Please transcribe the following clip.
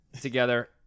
together